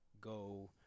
go